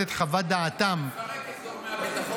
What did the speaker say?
את חוות דעתם --- אתה מפרק את גורמי הביטחון,